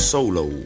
Solo